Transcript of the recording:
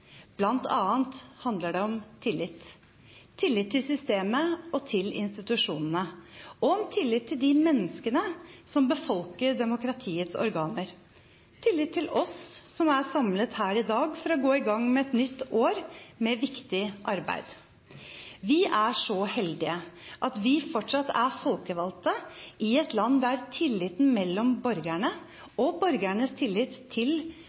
annet handler det om tillit – tillit til systemet og institusjonene, tillit til de menneskene som befolker demokratiets organer, og tillit til oss som er samlet her i dag for å gå i gang med et nytt år med viktig arbeid. Vi er så heldige at vi fortsatt er folkevalgte i et land der tilliten mellom borgerne og borgernes tillit til